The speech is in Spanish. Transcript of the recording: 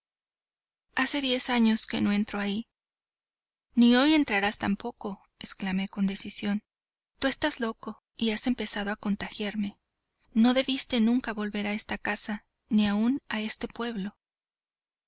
hace diez años no entro ahí ni hoy entrarás tampoco exclamé con decisión tú estás loco y has empezado a contagiarme no debiste nunca volver a esta casa ni aun a este pueblo